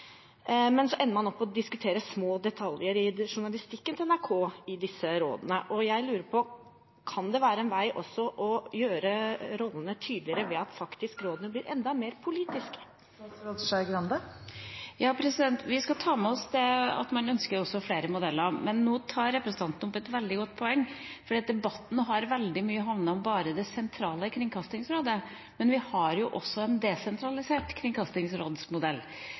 Men man ender opp med å diskutere små detaljer i journalistikken til NRK i disse rådene. Jeg lurer på: Kan det være en vei å gjøre rollene tydeligere ved at rådene faktisk blir enda mer politiske? Vi skal ta med oss at man ønsker også flere modeller. Representanten tar opp et veldig godt poeng, for debatten har handlet veldig mye om bare det sentrale Kringkastingsrådet. Men vi har også en desentralisert kringkastingsrådsmodell